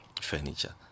furniture